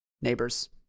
neighbors